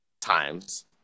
times